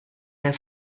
der